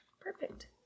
Perfect